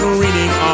reading